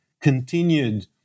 continued